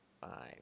Five